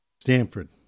Stanford